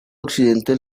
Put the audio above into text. occidente